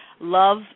love